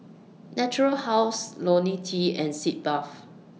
Natura House Lonil T and Sitz Bath